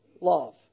love